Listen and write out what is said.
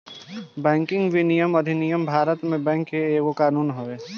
banking विनियमन अधिनियम भारत में बैंक के एगो कानून हवे